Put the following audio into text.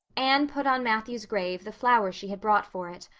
anne put on matthew's grave the flowers she had brought for it,